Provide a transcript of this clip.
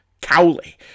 Cowley